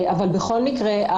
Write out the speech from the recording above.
בכל מקרה,